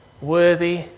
Worthy